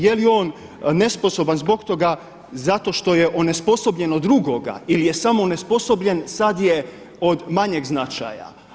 Je li on nesposoban zbog toga zato što je onesposobljen od drugoga ili je samo onesposobljen sad je od manjeg značaja.